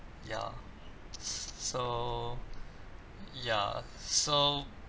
ya so ya so